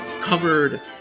covered